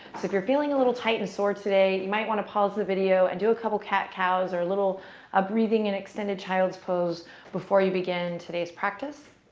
so if you're feeling a little tight and sore today, you might want to pause the video and do a couple of cat cows or a little ah breathing and extended child's pose before you begin today's practice.